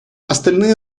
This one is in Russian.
остальные